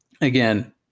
again